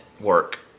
work